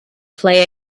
play